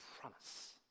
promise